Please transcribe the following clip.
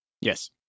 Yes